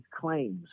claims